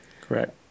Correct